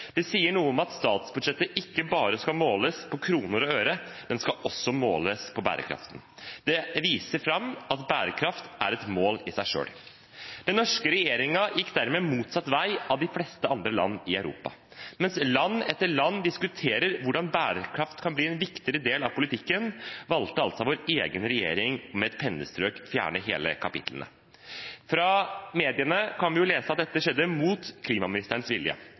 Det sier noe om at statsbudsjettet ikke bare skal måles på kroner og øre, det skal også måles på bærekraften. Det viser at bærekraft er et mål i seg selv. Den norske regjeringen gikk dermed motsatt vei av de fleste andre land i Europa. Mens land etter land diskuterer hvordan bærekraft kan bli en viktigere del av politikken, valgte altså vår egen regjering med et pennestrøk å fjerne hele kapitlet. I mediene kan vi lese at dette skjedde mot klimaministerens vilje.